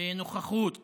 בנוכחות